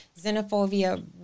xenophobia